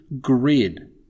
grid